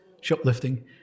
shoplifting